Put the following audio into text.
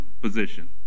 position